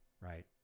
right